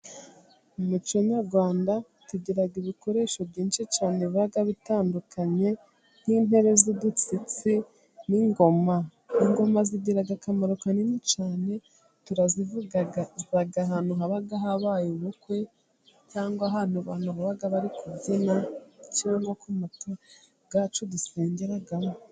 Mu muco nyarwanda tugira ibikoresho byinshi cyane biba bitandukanye, nk'intebe z'udutsitsi n'ingoma. Ingoma zigira akamaro kanini cyane turazivuza ahantu haba habaye ubukwe cyangwa ahantu abantu baba bari kubyina.